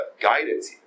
guidance